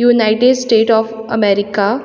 united state of America